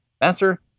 master